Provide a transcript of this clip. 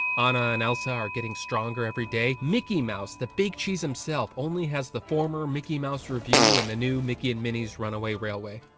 anna and elsa are getting stronger everyday. mickey mouse, the big cheese himself, only has the former mickey mouse revue, and the new mickey and minnie's runaway railway.